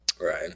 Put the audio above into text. Right